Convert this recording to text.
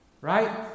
right